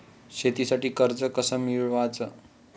शेतीसाठी कर्ज कस मिळवाच?